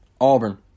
Auburn